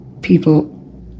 people